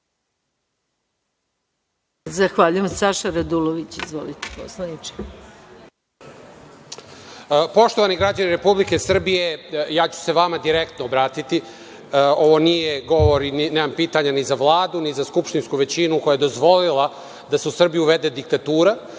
ima Saša Radulović. Izvolite. **Saša Radulović** Poštovani građani Republike Srbije, ja ću se vama direktno obratiti. Ovo nije govor i nemam pitanja ni za Vladu, ni za skupštinsku većinu koja je dozvolila da se u Srbiju uvede diktatura,